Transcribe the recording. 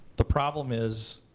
the problem is,